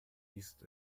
ist